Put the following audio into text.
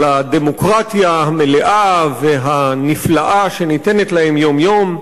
על הדמוקרטיה המלאה והנפלאה שניתנת להם יום-יום.